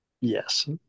Yes